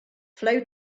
flow